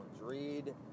Read